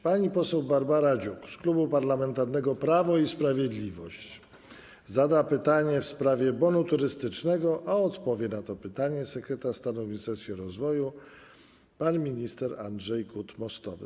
Pani poseł Barbara Dziuk z Klubu Parlamentarnego Prawo i Sprawiedliwość zada pytanie w sprawie bonu turystycznego, a odpowie na to pytanie sekretarz stanu w Ministerstwie Rozwoju pan minister Andrzej Gut-Mostowy.